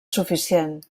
suficient